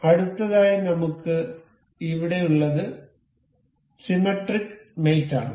അടുത്തതായി നമുക്ക് ഇവിടെയുള്ളത് സിമെട്രിക് മേറ്റ് ആണ്